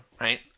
right